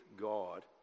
God